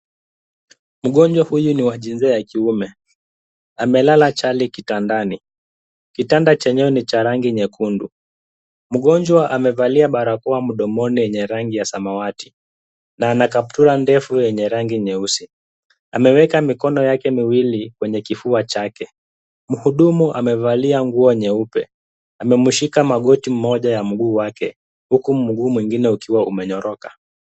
Mgonjwa huyu ni wa jinsia ya kiume, amelala chali kitandani. Kitanda chenyewe ni cha rangi nyekundu. Mgonjwa amevalia barakoa mdomoni ye ye rangi ya samawati, na ana kaptula ndefu yenye rangi nyeusi, ameweka mikono yake miwili kwenye kifua chake. Mhudumu amevalia nguo nyeupe, amemshika magoti mmoja wa miguu yake, huku mguu mwingine ukiwa umenyoroka.